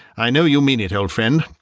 i know you mean it, old friend,